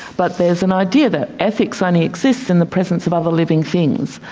but there's an idea that ethics only exists in the presence of other living things,